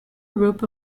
group